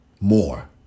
more